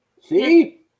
See